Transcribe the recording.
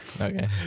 okay